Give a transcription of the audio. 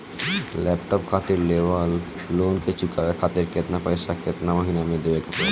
Laptop खातिर लेवल loan के चुकावे खातिर केतना पैसा केतना महिना मे देवे के पड़ी?